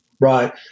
Right